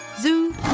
zoo